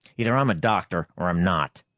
either i'm a doctor or i'm not.